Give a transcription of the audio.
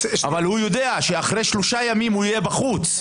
אבל הוא יודע שאחרי שלושה ימים הוא יהיה בחוץ.